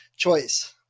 choice